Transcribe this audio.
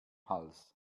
hals